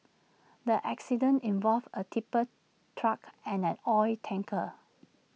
the accident involved A tipper truck and an oil tanker